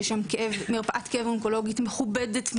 שם יש מרפאת כאב אונקולוגיות מכובדת,